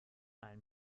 einen